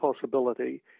possibility